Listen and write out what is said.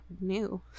new